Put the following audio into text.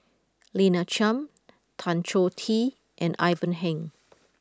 Lina Chiam Tan Choh Tee and Ivan Heng